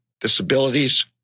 disabilities